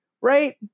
right